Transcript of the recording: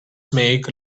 make